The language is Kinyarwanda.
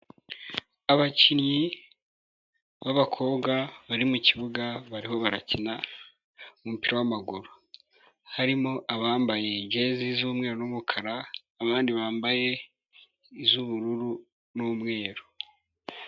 Abakinnyi b'abakobwa bari mu kibuga bariho barakina umupira w'amaguru, harimo abambaye jezi z'umweru n'umukara n'abandi bambaye iz'ubururu n'umweru.